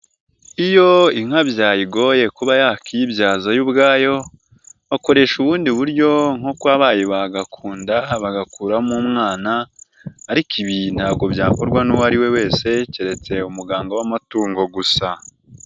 Iyo inka byayigoye kuba yakiyibyazayo ubwayo, bakoresha ubundi buryo nko kuba bayiga ku nda, bagakuramo umwana ariko ibi ntabwo byakorwa n'uwo ari ariwe wese keretse umuganga w'amatungo gusa.